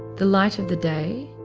the light of the day